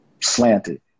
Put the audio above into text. slanted